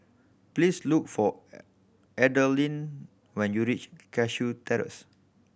please look for Adalyn when you reach Cashew Terrace